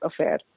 affair